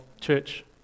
church